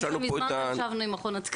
כנראה שמזמן לא ישבנו עם מכון התקנים.